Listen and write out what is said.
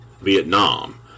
Vietnam